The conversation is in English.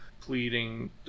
pleading